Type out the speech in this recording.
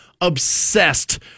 obsessed